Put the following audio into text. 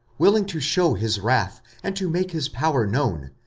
willing to shew his wrath, and to make his power known,